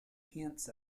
hints